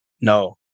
No